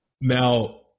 Now